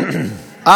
באופן מיידי,